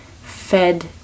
fed